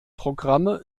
programme